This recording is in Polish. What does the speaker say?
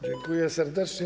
Dziękuję serdecznie.